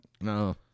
no